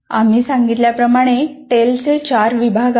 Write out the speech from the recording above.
आम्ही सांगितल्याप्रमाणे टेलचे चार विभाग आहेत